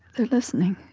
they're listening.